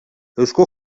eusko